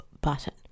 button